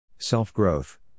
Self-growth